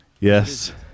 Yes